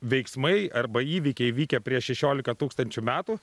veiksmai arba įvykiai vykę prieš šešiolika tūkstančių metų